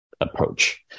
approach